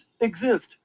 exist